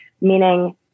Meaning